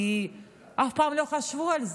כי אף פעם לא חשבו על זה.